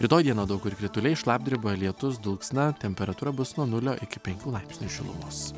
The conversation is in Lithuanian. rytoj dieną daug kur krituliai šlapdriba lietus dulksna temperatūra bus nuo nulio iki penkių laipsnių šilumos